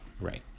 right